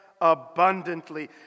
abundantly